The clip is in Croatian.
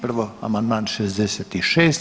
Prvo amandman 66.